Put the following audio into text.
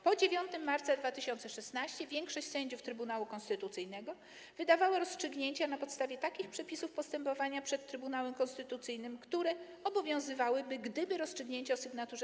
Po 9 marca 2016 r. większość sędziów Trybunału Konstytucyjnego wydawała rozstrzygnięcia na podstawie takich przepisów postępowania przed Trybunałem Konstytucyjnym, które obowiązywałyby, gdyby rozstrzygnięcie o sygn.